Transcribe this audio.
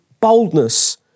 boldness